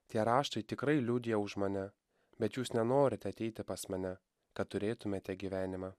tie raštai tikrai liudija už mane bet jūs nenorite ateiti pas mane kad turėtumėte gyvenimą